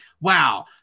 wow